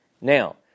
Now